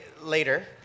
later